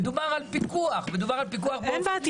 מדובר על פיקוח --- אין בעיה,